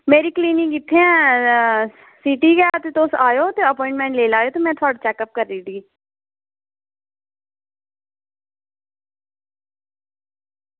मेरी क्लीनिक इत्थें गै सिटी गै तुस आयो ते अप्वाईंटमेंट करायो ते में चैकअप करी ओड़गी